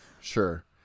Sure